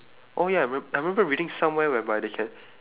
oh ya I rem~ I remember reading somewhere whereby they can